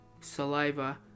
saliva